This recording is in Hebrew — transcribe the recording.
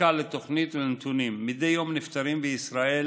רקע לתוכנית ונתונים: מדי יום נפטרים בישראל